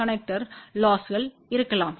connector லொஸ்கள் இருக்கலாம்